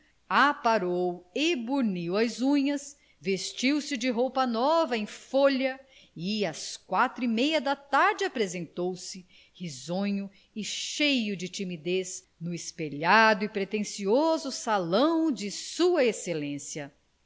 aparou e bruniu as unhas vestiu-se de roupa nova em folha e às quatro e meia da tarde apresentou-se risonho e cheio de timidez no espelhado e pretensioso salão de sua